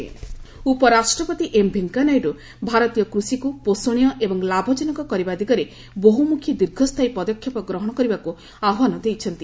M Venkaiah Naidu ଉପରାଷ୍ଟ୍ରପତି M Venkaiah Naidu ଭାରତୀୟ କୃଷିକୁ ପୋଷଣୀୟ ଏବଂ ଲାଭଜନକ କରିବା ଦିଗରେ ବହ୍ରମୁଖୀ ଦୀର୍ଘସ୍ଥାୟୀ ପଦକ୍ଷେପ ଗ୍ରହଣ କରିବାକୁ ଆହ୍ବାନ ଦେଇଛନ୍ତି